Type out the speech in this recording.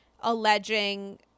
alleging